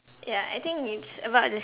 yeah I think it's about the